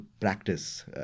practice